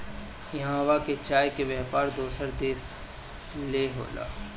इहवां के चाय के व्यापार दोसर देश ले होला